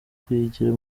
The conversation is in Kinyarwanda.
kuyigira